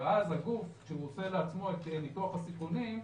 ואז הגוף כשהוא עושה לעצמו את ניתוח הסיכונים,